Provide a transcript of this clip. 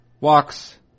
walks